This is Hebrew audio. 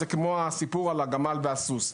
זה כמו הסיפור על הגמל והסוס.